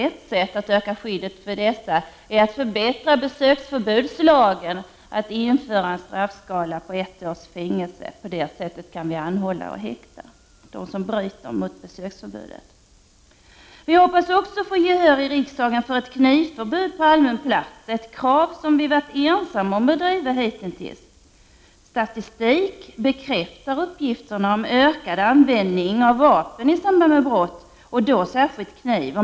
Ett sätt att öka skyddet för dessa är att förbättra besöksförbudslagen och införa en straffskala på upp till ett års fängelse och därmed göra det möjligt att anhålla och häkta den som bryter mot besöksförbudet. Vi hoppas också att i riksdagen få gehör för införande av knivförbud på allmän plats. Det är ett krav som vi hitintills varit ensamma om att driva. Statistik bekräftar uppgifterna om en ökad användning av vapen i samband med brott, och då särskilt kniv.